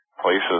places